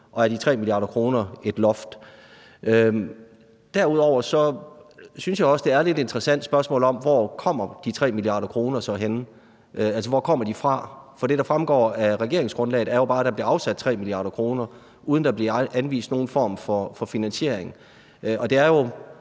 Og er de 3 mia. kr. et loft? Derudover synes jeg også, spørgsmålet om, hvor de 3 mia. kr. så kommer fra, er lidt interessant. For det, der fremgår af regeringsgrundlaget, er jo bare, at der bliver afsat 3 mia. kr., uden at der bliver anvist nogen form for finansiering. Og det er jo